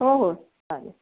हो हो चालेल